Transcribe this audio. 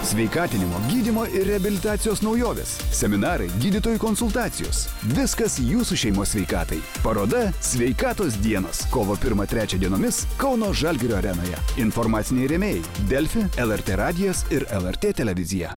sveikatinimo gydymo ir reabilitacijos naujovės seminarai gydytojų konsultacijos viskas jūsų šeimos sveikatai paroda sveikatos dienos kovo pirmą trečią dienomis kauno žalgirio arenoje informaciniai rėmėjai delfi lrt radijas ir lrt televizija